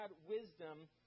wisdom